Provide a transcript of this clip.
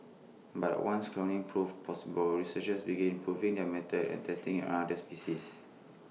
but once cloning proved possible researchers begin improving their method and testing IT other species